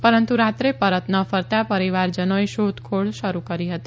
પરંતુ રાત્રે પરત ન ફરતા પરિવારજનોએ શોધખોળ શરૂ કરી હતી